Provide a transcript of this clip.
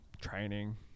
training